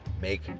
make